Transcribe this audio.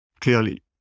clearly